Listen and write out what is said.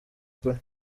kure